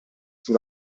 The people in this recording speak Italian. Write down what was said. più